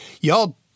y'all